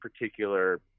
particular